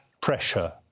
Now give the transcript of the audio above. pressure